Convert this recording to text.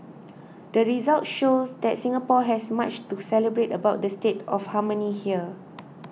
the results show that Singapore has much to celebrate about the state of harmony here